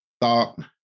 thought